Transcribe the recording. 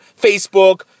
Facebook